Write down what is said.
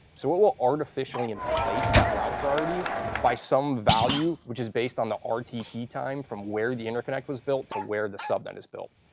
so it will artificially inflate that route priority by some value, which is based on the um rtt time from where the interconnect was built to where the subnet is built.